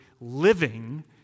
living